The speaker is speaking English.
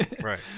Right